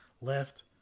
left